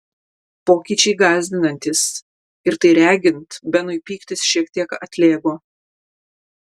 pokyčiai gąsdinantys ir tai regint benui pyktis šiek tiek atlėgo